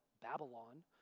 babylon